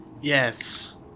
Yes